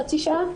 חצי שעה,